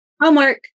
Homework